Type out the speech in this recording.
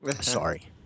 Sorry